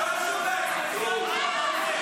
אז ועדת שרים שיתביישו,